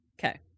Okay